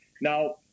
Now